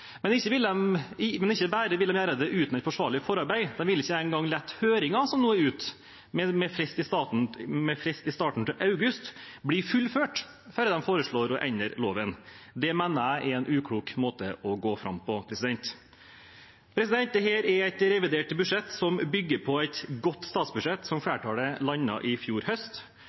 Ikke bare vil de gjøre det uten et forsvarlig forarbeid; de vil ikke engang la saken som nå er ute på høring, med frist i starten av august, bli fullført, før de foreslår å endre loven. Det mener jeg er en uklok måte å gå fram på. Dette er et revidert budsjett som bygger på et godt statsbudsjett som flertallet landet i fjor høst.